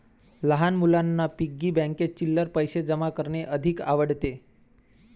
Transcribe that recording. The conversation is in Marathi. लहान मुलांना पिग्गी बँकेत चिल्लर पैशे जमा करणे अधिक आवडते